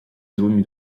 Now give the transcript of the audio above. złymi